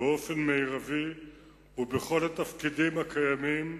באופן מרבי ובכל התפקידים הקיימים,